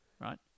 right